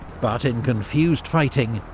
but in confused fighting,